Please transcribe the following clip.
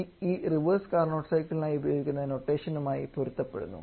TE reverse Carnot സൈക്കിളിനായി ഉപയോഗിക്കുന്ന നൊട്ടേഷനുമായി പൊരുത്തപ്പെടുന്നു